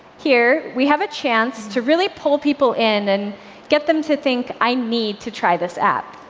here, we have a chance to really pull people in and get them to think, i need to try this app.